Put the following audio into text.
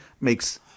makes